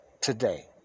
today